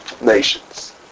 nations